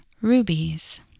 Rubies